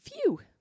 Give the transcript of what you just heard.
phew